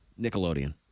Nickelodeon